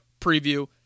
Preview